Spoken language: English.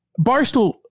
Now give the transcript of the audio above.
Barstool